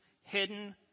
hidden